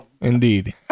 Indeed